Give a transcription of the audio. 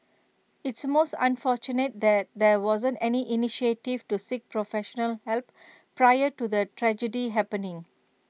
it's most unfortunate that there wasn't any initiative to seek professional help prior to the tragedy happening